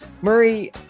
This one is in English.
Murray